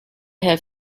have